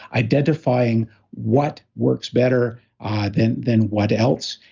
identifying what works better ah than than what else,